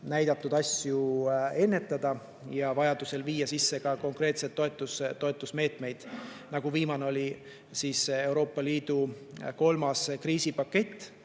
[mainitud] asju ennetada ja vajadusel viia sisse konkreetsed toetusmeetmed. Viimane oli Euroopa Liidu kolmas kriisipakett,